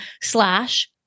slash